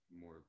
more